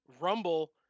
Rumble